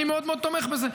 אני מאוד מאוד תומך בזה.